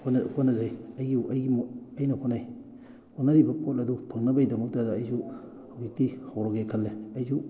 ꯍꯣꯠꯅꯖꯩ ꯑꯩꯒꯤ ꯑꯩꯒꯤ ꯑꯩꯅ ꯍꯣꯠꯅꯩ ꯍꯣꯠꯅꯔꯤꯕ ꯄꯣꯠ ꯑꯗꯨ ꯐꯪꯅꯕꯩꯗꯃꯛꯇꯗ ꯑꯩꯁꯨ ꯍꯧꯖꯤꯛꯇꯤ ꯍꯧꯔꯒꯦ ꯈꯜꯂꯦ ꯑꯩꯁꯨ